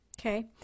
Okay